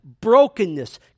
brokenness